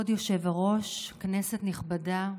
כבוד היושב-ראש, כנסת נכבדה,